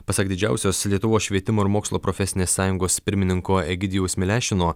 pasak didžiausios lietuvos švietimo ir mokslo profesinės sąjungos pirmininko egidijaus milešino